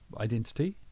identity